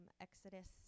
Exodus